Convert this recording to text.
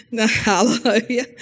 Hallelujah